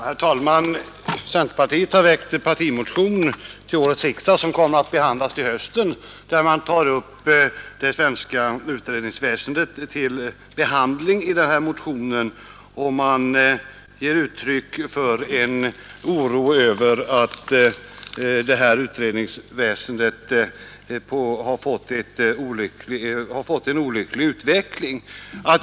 Herr talman! Centerpartiet har väckt en partimotion vid årets riksdag som kommer att behandlas till hösten, där man tar upp det svenska utredningsväsendet till behandling och ger uttryck för en oro över att utredningsväsendet har fått en olycklig utveckling.